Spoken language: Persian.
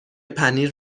پنیر